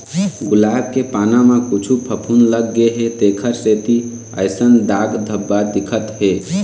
गुलाब के पाना म कुछु फफुंद लग गे हे तेखर सेती अइसन दाग धब्बा दिखत हे